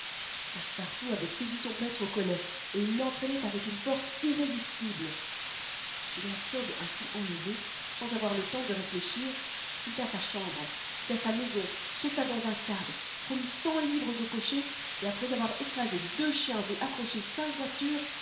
passepartout avait saisi son maître au collet et il l'entraînait avec une force irrésistible phileas fogg ainsi enlevé sans avoir le temps de réfléchir quitta sa chambre quitta sa maison sauta dans un cab promit cent livres au cocher et après avoir écrasé deux chiens et accroché cinq voitures